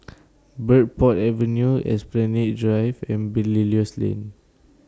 Bridport Avenue Esplanade Drive and Belilios Lane